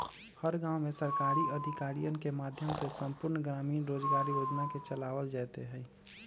हर गांव में सरकारी अधिकारियन के माध्यम से संपूर्ण ग्रामीण रोजगार योजना के चलावल जयते हई